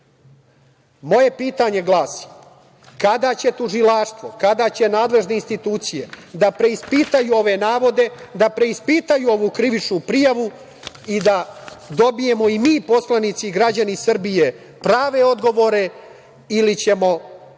evra. Moje pitanje glasi - Kada će tužilaštvo, kada će nadležne institucije da preispitaju ove navode? Da preispitaju ovu krivičnu prijavu i da dobijemo i mi poslanici i građani Srbije prave odgovore ili ćemo